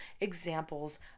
examples